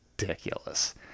ridiculous